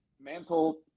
Mantle